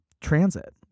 transit